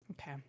Okay